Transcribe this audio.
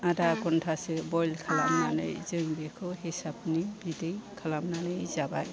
आधा घन्टासो बयल खालामनानै जों बेखौ हिसाबनि बिदै खालामनानै जाबाय